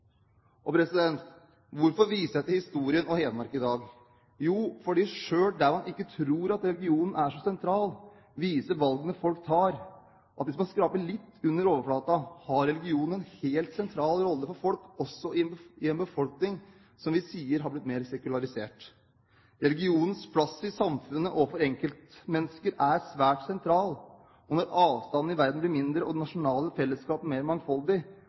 historien og Hedmark i dag? Jo, for selv der hvor man ikke tror at religionen er så sentral, viser valgene folk tar, at hvis man skraper litt under overflaten, har religion en helt sentral rolle for folk også i en befolkning som vi sier har blitt mer sekularisert. Religionens plass i samfunnet og for enkeltmennesker er svært sentral, og når avstandene i verden blir mindre og det nasjonale fellesskapet mer mangfoldig,